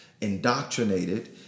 indoctrinated